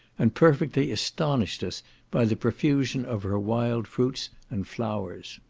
and perfectly astonished us by the profusion of her wild fruits and flowers.